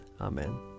Amen